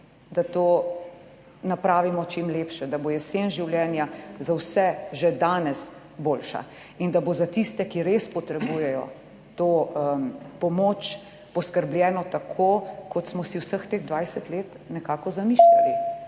da to napravimo čim lepše, da bo jesen življenja za vse že danes boljša in da bo za tiste, ki res potrebujejo to pomoč, poskrbljeno tako kot smo si vseh teh 20 let nekako zamišljali.